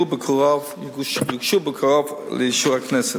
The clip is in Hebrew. ויוגשו בקרוב לאישור הכנסת.